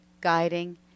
guiding